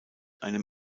einem